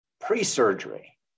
pre-surgery